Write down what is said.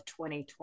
2020